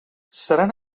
seran